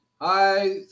hi